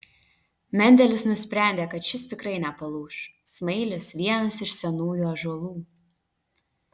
mendelis nusprendė kad šis tikrai nepalūš smailis vienas iš senųjų ąžuolų